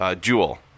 Jewel